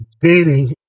dating